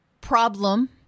problem